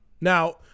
Now